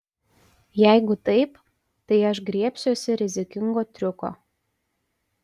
jeigu taip tai aš griebsiuosi rizikingo triuko